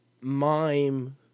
mime